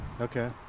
Okay